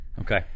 okay